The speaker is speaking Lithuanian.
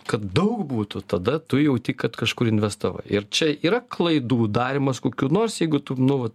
kad daug būtų tada tu jauti kad kažkur investavai ir čia yra klaidų darymas kokių nors jeigu tu nu vat